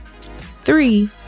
Three